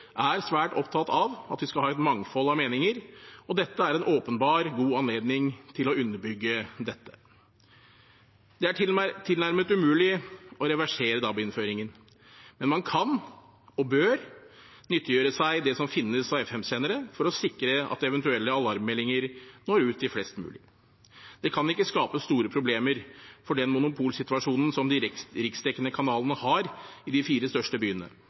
er svært opptatt av at vi skal ha et mangfold av meninger, og dette er en åpenbar, god anledning til å underbygge dette. Det er tilnærmet umulig å reversere DAB-innføringen, men man kan og bør nyttiggjøre seg det som finnes av FM-sendere for å sikre at eventuelle alarmmeldinger når ut til flest mulig. Det kan ikke skape store problemer for den monopolsituasjonen som de riksdekkende kanalene har i de fire største byene.